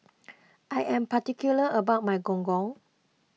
I am particular about my Gong Gong